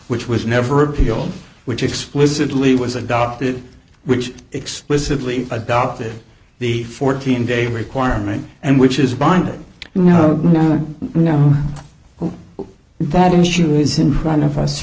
which was never appealed which explicitly was adopted which explicitly adopted the fourteen day requirement and which is binding no no no that i'm sure isn't one of us